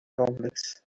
complex